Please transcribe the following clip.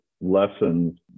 lessons